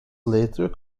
later